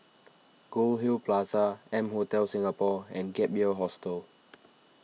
Goldhill Plaza M Hotel Singapore and Gap Year Hostel